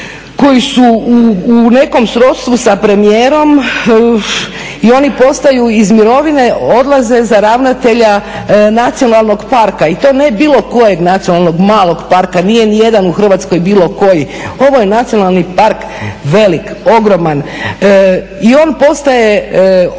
koji su u nekom srodstvu sa premijerom i oni postaju iz mirovine odlaze za ravnatelja nacionalnog parka i to ne bilo kojeg nacionalnog malog parka, nije nijedan u Hrvatskoj bilo koji, ovo je nacionalni park velik, ogroman i on postaje osoba